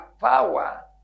power